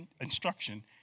instruction